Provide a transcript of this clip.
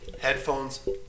headphones